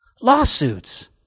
lawsuits